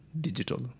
digital